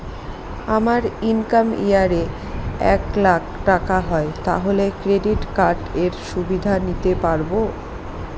আমার income year এ এক লাক টাকা হয় তাহলে ক্রেডিট কার্ড এর সুবিধা নিতে পারবো?